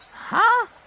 huh?